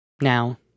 Now